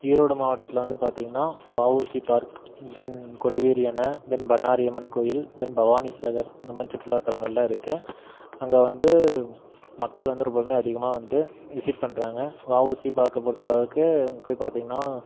ஈரோடு மாவட்டத்தில் வந்து பார்த்திங்கன்னா வஊசி பார்க் தென் கொடிவேரி அணை தென் பண்ணாரி அம்மன் கோயில் தென் பவானிசாகர் இந்தமாதிரி சுற்றுலாதளங்கள்லாம் இருக்கு அங்கே வந்து மக்கள் வந்து ரொம்பவுமே அதிகமாக வந்து விசிட் பண்ணுறாங்க வஊசி பார்க்க பொறுத்தளவுக்கு அங்கே போய் பார்த்திங்கன்னா